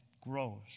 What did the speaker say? grows